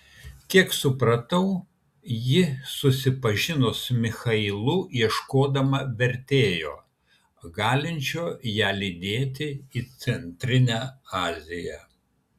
kiek supratau ji susipažino su michailu ieškodama vertėjo galinčio ją lydėti į centrinę aziją